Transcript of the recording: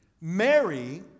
Mary